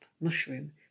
Mushroom